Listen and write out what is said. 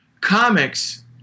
Comics